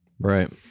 Right